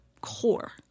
core